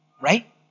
Right